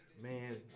Man